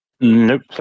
Nope